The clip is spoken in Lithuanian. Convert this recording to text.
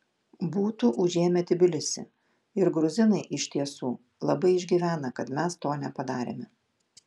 būtų užėmę tbilisį ir gruzinai iš tiesų labai išgyvena kad mes to nepadarėme